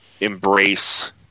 embrace